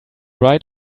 right